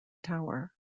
tower